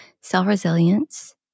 self-resilience